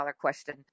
question